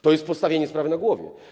To jest postawienie sprawy na głowie.